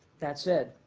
that said,